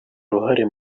ruhare